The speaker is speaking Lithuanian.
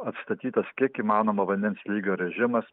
atstatytas kiek įmanoma vandens lygio režimas